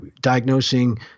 diagnosing